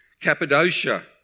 Cappadocia